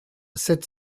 sept